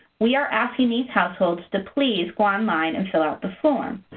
we are asking these households to please go online and fill out the form.